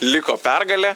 liko pergalė